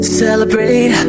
celebrate